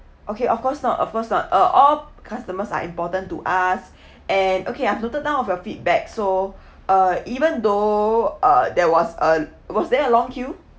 okay of course not of course not uh all customers are important to us and okay I'm noted down of your feedback so uh even though uh there was a was there a long queue